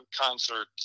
concert